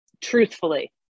Truthfully